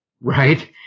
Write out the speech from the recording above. right